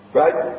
right